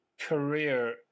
career